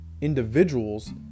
individuals